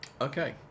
Okay